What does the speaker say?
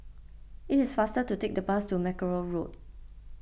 it is faster to take the bus to Mackerrow Road